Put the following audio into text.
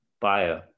bio